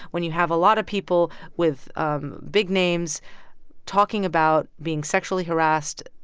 when you have a lot of people with um big names talking about being sexually harassed,